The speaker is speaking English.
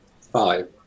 Five